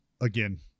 again